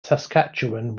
saskatchewan